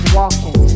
walking